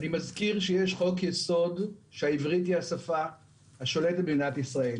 אני מזכיר שיש חוק יסוד שהעברית היא השפה השולטת במדינת ישראל.